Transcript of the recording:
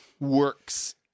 works